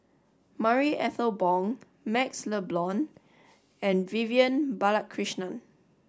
Marie Ethel Bong MaxLe Blond and Vivian Balakrishnan